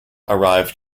arrive